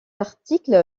article